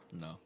no